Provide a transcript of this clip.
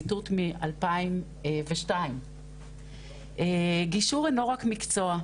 ציטוט מ-2002 "גישור אינו רק מקצוע,